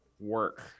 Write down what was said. work